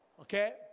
okay